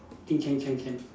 think can can can